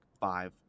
five